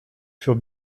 furent